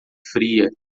fria